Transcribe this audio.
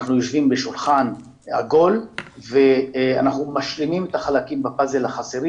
אנחנו יושבים בשולחן עגול ואנחנו משלימים את החלקים החסרים בפאזל.